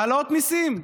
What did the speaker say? העלאות מיסים.